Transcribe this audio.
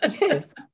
Yes